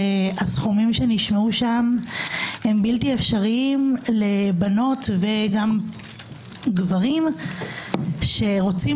והסכומים שנשמעו שם הם בלתי אפשריים לבנות וגם גברים שרוצים